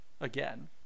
again